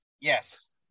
Yes